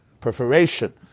perforation